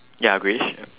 ya greyish